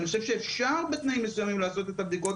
אני חושב שאפשר בתנאים מסוימים לעשות את הבדיקות